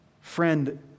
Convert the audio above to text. Friend